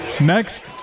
Next